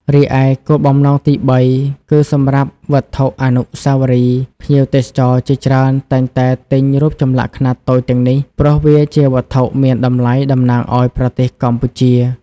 រីឯគោលបំណង ទីបី គឺសម្រាប់ វត្ថុអនុស្សាវរីយ៍ ភ្ញៀវទេសចរជាច្រើនតែងតែទិញរូបចម្លាក់ខ្នាតតូចទាំងនេះ ព្រោះវាជាវត្ថុមានតម្លៃតំណាងឱ្យប្រទេសកម្ពុជា។